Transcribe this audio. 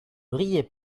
riez